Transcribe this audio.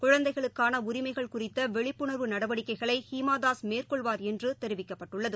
குழந்தைகளுக்கானஉரிமைகள் குறித்தவிழிப்பு நடவடிக்கைகளைஹீமாதாஸ் மேற்கொள்வார் என்றுதெரிவிக்கப்பட்டுள்ளது